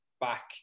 back